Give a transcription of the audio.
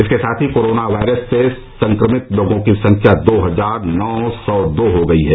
इसके साथ ही कोरोना वायरस से संक्रमित लोगों की संख्या दो हजार नौ सौ दो हो गई है